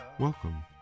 Welcome